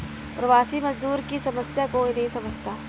प्रवासी मजदूर की समस्या कोई नहीं समझता